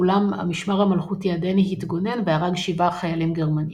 אולם המשמר המלכותי הדני התגונן והרג שבעה חיילים גרמנים.